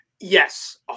Yes